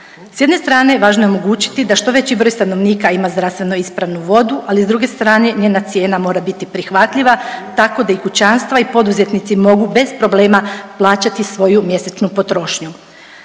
S jedne strane važno je omogućiti da što veći broj stanovnika ima zdravstveno ispravnu vodu, ali s druge strane njena cijena mora biti prihvatljiva tako da i kućanstva i poduzetnici mogu bez problema plaćati svoju mjesečnu potrošnju.